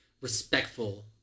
respectful